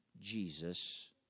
Jesus